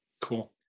Cool